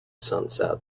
sunset